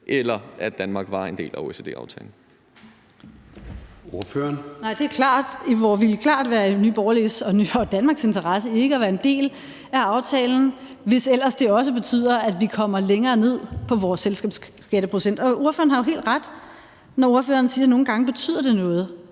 Pernille Vermund (NB): Nej, det er klart. Det ville klart være i Nye Borgerliges og Danmarks interesse ikke at være en del af aftalen, hvis ellers det også betyder, at vi kommer længere ned på vores selskabsskatteprocent. Ordføreren har jo helt ret, når ordføreren siger, at nogle gange betyder det noget,